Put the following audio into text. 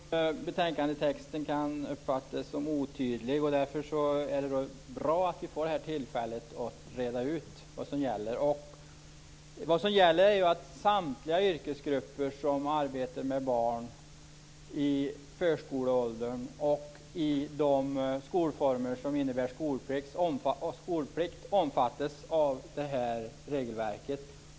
Fru talman! Jag är ledsen om betänkandetexten kan uppfattas som otydlig. Därför är det bra att vi får tillfället att reda ut vad som gäller. Det som gäller är att samtliga yrkesgrupper som arbetar med barn i förskoleåldern och i de skolformer som innebär skolplikt omfattas av det här regelverket.